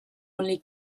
only